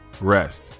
rest